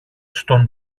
στον